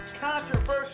controversial